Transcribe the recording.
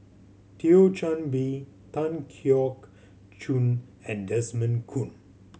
Thio Chan Bee Tan Keong Choon and Desmond Kon